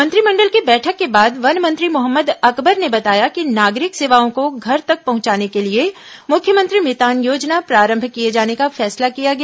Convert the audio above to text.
मंत्रिमंडल की बैठक के बाद वन मंत्री मोहम्मद अकबर ने बताया कि नागरिक सेवाओं को घर तक पहुंचाने के लिए मुख्यमंत्री मितान योजना प्रारंभ किए जाने का फैसला किया गया